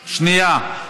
שנייה,